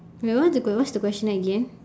wait what the qu~ what's the question again